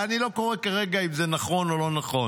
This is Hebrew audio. ואני לא קורא כרגע אם זה נכון או לא נכון,